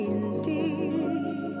indeed